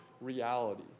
reality